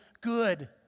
good